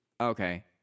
Okay